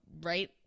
right